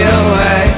away